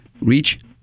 reach